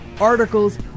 articles